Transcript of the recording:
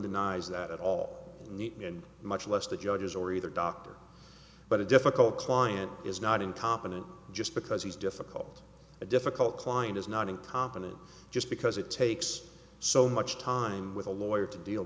denies that at all neatly and much less the judges or either doctor but a difficult client is not incompetent just because he's difficult a difficult client is not incompetent just because it takes so much time with a lawyer to deal